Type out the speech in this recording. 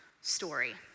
story